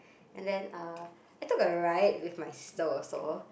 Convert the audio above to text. and then uh I took a ride with my sister also